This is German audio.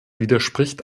widerspricht